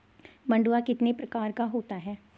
मंडुआ कितने प्रकार का होता है?